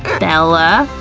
bella?